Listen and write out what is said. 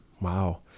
Wow